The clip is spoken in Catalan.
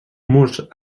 murs